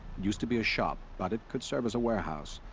used to be a shop. but it could serve as a warehouse.